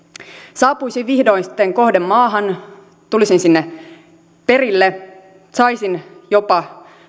saapuisin vihdoin sitten kohdemaahan tulisin sinne perille saisin jopa